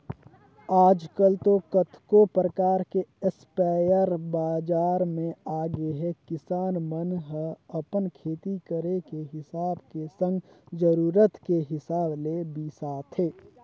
आजकल तो कतको परकार के इस्पेयर बजार म आगेहे किसान मन ह अपन खेती करे के हिसाब के संग जरुरत के हिसाब ले बिसाथे